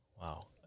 Wow